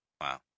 Wow